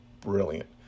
brilliant